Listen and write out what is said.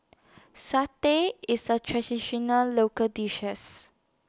Satay IS A Traditional Local dishes